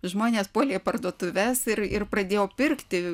žmonės puolė į parduotuves ir ir pradėjo pirkti